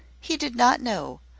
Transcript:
he did not know,